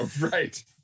Right